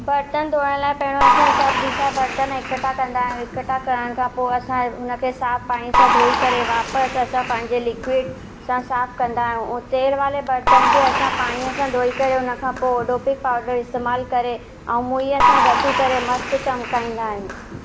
बर्तन धोअण लाइ पहिरियों असां सभु झूठा बर्तन कठा कंदा आहियूं इकठा करण खां पोइ असां हुनखे साफ़ पाणी सां धोई करे वापसि असां पंहिंजे लिक्विड सां साफ़ कंदा आहियूं उहे तेल वारे बर्तन खे असां पाणीअ सां धोई करे हुनखां पोइ ओडोपिक पाउडर इस्तेमाल करे ऐं मुईअ सां घसी करे मस्तु चिमिकाईंदा आहियूं